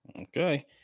okay